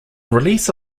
release